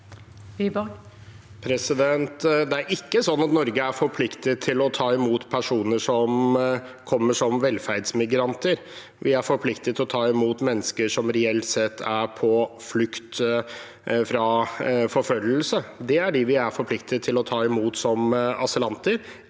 er ikke for- pliktet til å ta imot personer som kommer som velferdsmigranter. Vi er forpliktet til å ta imot mennesker som reelt sett er på flukt fra forfølgelse. Det er de vi er forpliktet til å ta imot som asylanter,